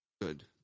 Good